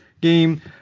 game